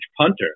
punter